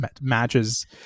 matches